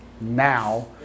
now